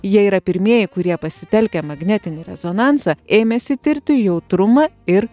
jie yra pirmieji kurie pasitelkę magnetinį rezonansą ėmėsi tirti jautrumą ir